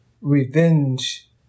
revenge